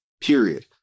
period